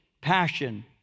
passion